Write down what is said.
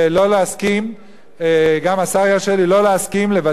גם השר ירשה לי לא להסכים לבטל את סמכותו של השר.